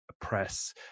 Press